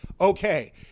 okay